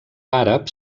àrab